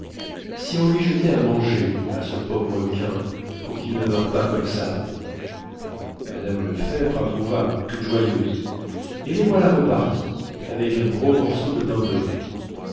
si on lui jetait à manger à ce pauvre quin pour qu'il ne meure pas comme ça mme lefèvre approuva toute joyeuse et les voilà reparties avec un gros morceau de pain beurré